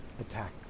attack